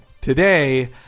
Today